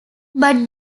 but